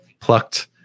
plucked